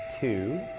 two